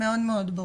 מאוד מאוד ברור.